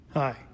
hi